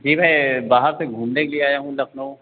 जी मैं बाहर से घूमने के लिए आया हूँ लखनऊ